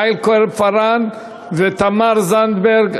יעל כהן-פארן ותמר זנדברג,